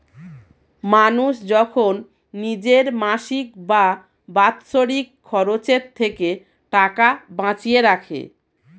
মানুষ যখন নিজের মাসিক বা বাৎসরিক খরচের থেকে টাকা বাঁচিয়ে রাখে